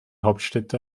hauptstädte